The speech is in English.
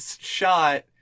shot